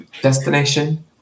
destination